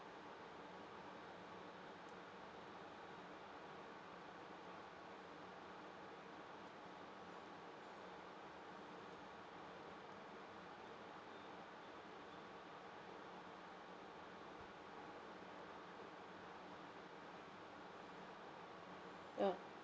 yeah